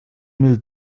mil